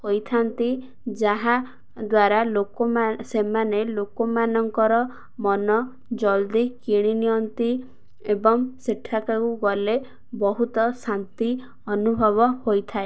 ହୋଇଥାନ୍ତି ଯାହା ଦ୍ୱାରା ଲୋକ ସେମାନେ ଲୋକମାନଙ୍କର ମନ ଜଲ୍ଦି କିଣି ନିଅନ୍ତି ଏବଂ ସେଠାକୁ ଗଲେ ବହୁତ ଶାନ୍ତି ଅନୁଭବ ହୋଇଥାଏ